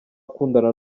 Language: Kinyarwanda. akundana